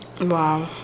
Wow